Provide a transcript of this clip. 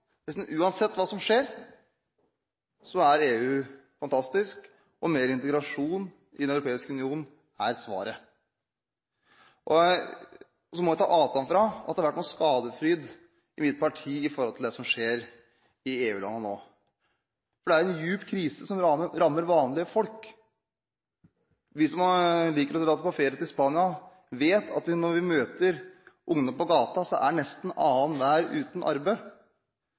at uansett hva som skjer, så er EU fantastisk, og at mer integrasjon i Den europeiske union er svaret. Så må jeg ta avstand fra at det har vært noen skadefryd i mitt parti i forhold til det som skjer i EU-landene nå. Det er en dyp krise som rammer vanlige folk. Hvis man liker å dra på ferie til Spania, skal man vite at når man møter ungdom på gaten, er nesten annenhver uten arbeid.